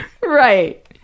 Right